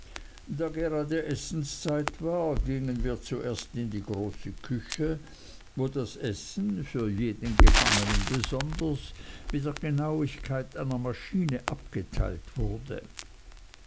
da gerade essenszeit war gingen wir zuerst in die große küche wo das essen für jeden einzelnen gefangenen besonders mit der genauigkeit einer maschine abgeteilt wurde